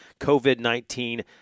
COVID-19